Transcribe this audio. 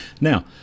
now